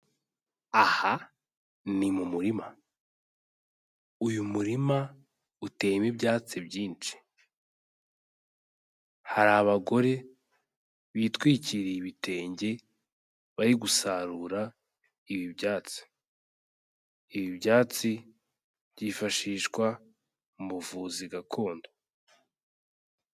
Aha ni mu murima, uyu murima uteyemo ibyatsi byinshi, hari abagore bitwikiriye ibitenge bari gusarura ibi byatsi, ibi byatsi byifashishwa mu buvuzi gakondo.